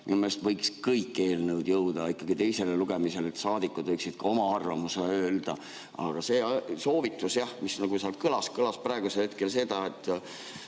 võiks kõik eelnõud jõuda ikkagi teisele lugemisele, et saadikud saaksid oma arvamuse öelda. See soovitus, mis sealt kõlas, kõlas praegusel hetkel sedasi, et